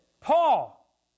Paul